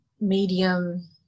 medium